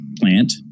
plant